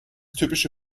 typische